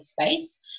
space